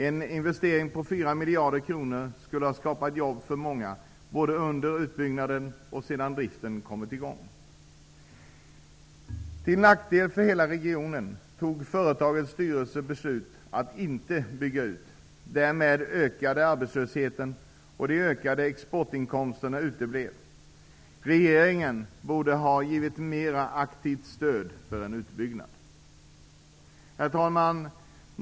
En investering på 4 miljarder kronor skulle ha skapat jobb för många, både under utbyggnaden och sedan driften kommit i gång. Till nackdel för hela regionen fattade företagets styrelse beslutet att inte bygga ut. Därmed ökade arbetslösheten, och de utökade exportinkomsterna uteblev. Regeringen borde ha givit mera aktivt stöd för en utbyggnad. Herr talman!